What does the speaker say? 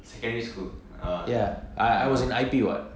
secondary school ya uh uh uh